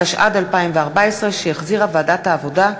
התשע"ד 2014 שהחזירה ועדת העבודה,